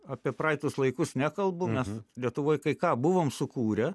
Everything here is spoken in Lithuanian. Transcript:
apie praeitus laikus nekalbu nes lietuvoj kai ką buvom sukūrę